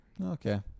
Okay